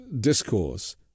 discourse